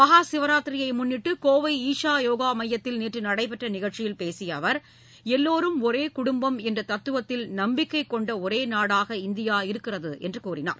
மகா சிவராத்திரியை முன்னிட்டு கோவை ஈஷா யோகா மையத்தில் நேற்று நடைபெற்ற நிகழ்ச்சியில் பேசிய அவர் எல்லோரும் ஒரே குடும்பம் என்ற தத்துவத்தில் நம்பிக்கை கொண்ட ஒரே நாடாக இந்தியா இருக்கிறது என்று கூறினார்